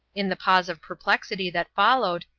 in the pause of perplexity that followed,